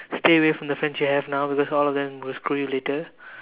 stay away from the friends you have now because all of them will screw you later